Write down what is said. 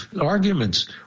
arguments